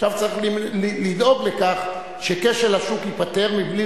עכשיו צריך לדאוג לכך שכשל השוק ייפתר מבלי